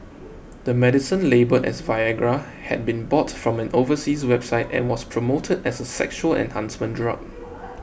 the medicine labelled as Viagra had been bought from an overseas website and was promoted as a sexual enhancement drug